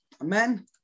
Amen